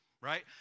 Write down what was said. right